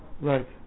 right